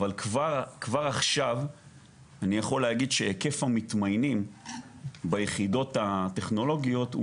אבל כבר עכשיו אני יכול להגיד שהיקף המתמיינים ביחידות הטכנולוגיות הוא